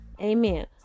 amen